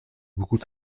beaucoup